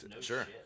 Sure